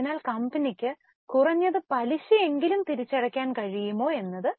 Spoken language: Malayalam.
അതിനാൽ കമ്പനിക്ക് കുറഞ്ഞത് പലിശയെങ്കിലും തിരിച്ചടയ്ക്കാൻ കഴിയുമോ എന്നത്